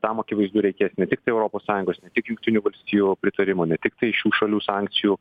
tam akivaizdu reikės ne tiktai europos sąjungos ne tik jungtinių valstijų pritarimo ne tiktai šių šalių sankcijų